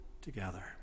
together